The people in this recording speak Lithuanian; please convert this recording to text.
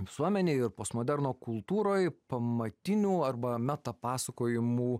visuomenėj ir postmoderno kultūroj pamatinių arba metapasakojimų